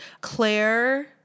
Claire